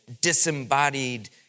disembodied